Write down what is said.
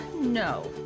no